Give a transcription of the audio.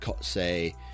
say